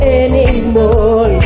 anymore